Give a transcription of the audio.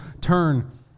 turn